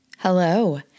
Hello